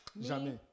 Jamais